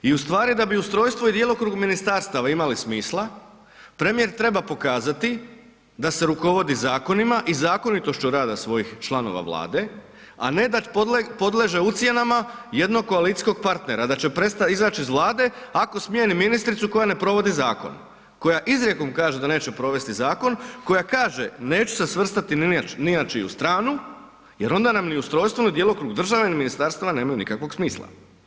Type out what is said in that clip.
I ustvari da bi ustrojstvo i djelokrug ministarstava imali smisla, premijer treba pokazati da se rukovodi zakonima i zakonitošću rada svojih članova Vlade, a ne da podleže ucjenama jednog koalicijskog partnera, da će izići iz Vlade ako smijeni ministricu koja ne provodi zakon, koja izrijekom kaže da neće provesti zakon, koja kaže neću se svrstati ni na čiju stranu jer onda nam ni ustrojstvo ni djelokrug države ni ministarstva nemaju nikakvog smisla.